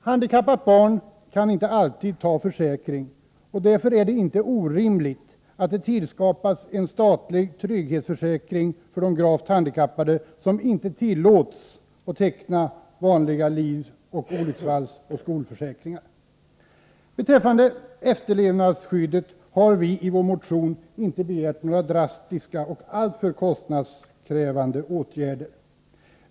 Handikappat barn kan inte alltid ta försäkring, och därför är det inte orimligt att det tillskapas en statlig trygghetsförsäkring för de gravt handikappade som inte tillåts teckna liv-, olycksfallsoch skolförsäkringar. Beträffande efterlevandeskyddet har vi i vår motion inte begärt några drastiska och alltför kostnadskrävande åtgärder.